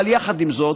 אבל יחד עם זאת,